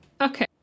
Okay